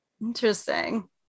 Interesting